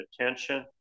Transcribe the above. attention